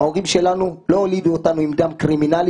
ההורים שלנו לא הולידו אותנו עם דם קרימינלי